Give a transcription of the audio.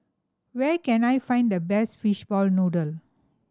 where can I find the best fishball noodle